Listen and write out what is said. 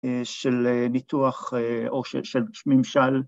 ‫של ניתוח או של ממשל.